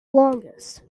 longest